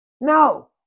No